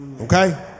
Okay